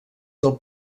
del